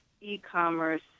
e-commerce